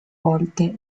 volte